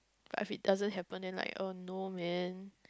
but if it doesn't happen then like oh no man